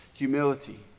humility